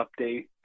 update